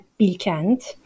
Bilkent